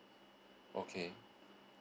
okay